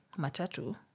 matatu